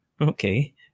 Okay